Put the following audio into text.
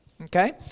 Okay